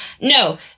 No